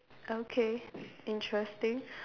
okay interesting